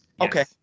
Okay